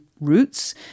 roots